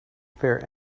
fair